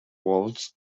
waltz